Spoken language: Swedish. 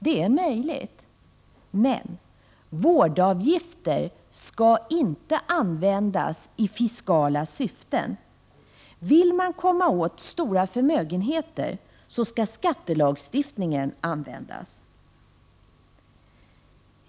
Det är möjligt — men vårdavgifter skall inte användas i fiskala syften. Vill man komma åt stora förmögenheter skall skattelagstiftningen användas.